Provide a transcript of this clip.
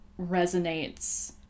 resonates